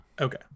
Okay